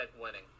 winning